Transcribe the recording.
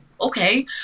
okay